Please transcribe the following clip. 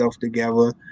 Together